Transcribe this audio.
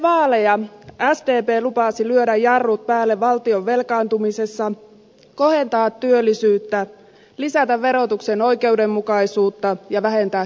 ennen vaaleja sdp lupasi lyödä jarrut päälle valtion velkaantumisessa kohentaa työllisyyttä lisätä verotuksen oikeudenmukaisuutta ja vähentää köyhyyttä